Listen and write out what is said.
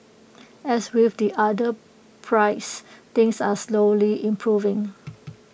as with the other pries things are slowly improving